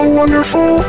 wonderful